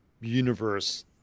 universe